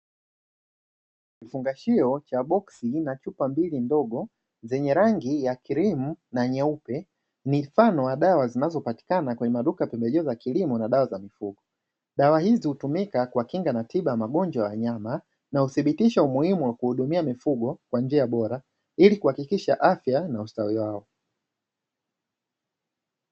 Kifungashio cha boksi na chupa mbili ndogo zenye rangi ya kirimu na nyeupe ni mfano wa dawa, zinazopatikana kwenye maduka pembejeo za kilimo na dawa za mifugo dawa hizo hutumika kwa kinga na tiba ya magonjwa ya nyama na udhibitisho umuhimu wa kuhudumia mifugo kwa njia bora ili kuhakikisha afya na ustawi wao.